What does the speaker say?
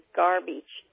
garbage